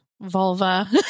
vulva